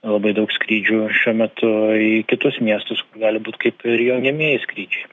labai daug skrydžių šiuo metu į kitus miestus gali būt kaip ir jungiamieji skrydžiai